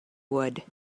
would